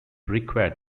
required